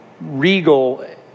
regal